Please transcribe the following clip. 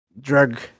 drug